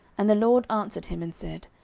and the lord answered him and said,